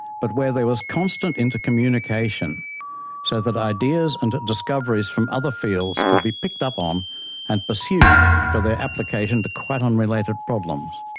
but where there was constant inter-communication so that ideas and discoveries from other fields could be picked up on um and pursued for their application to quite unrelated problems.